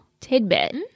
tidbit